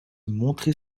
montrait